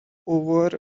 over